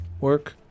work